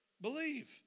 Believe